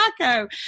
taco